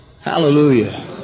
Hallelujah